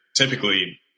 typically